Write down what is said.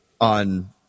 on